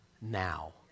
now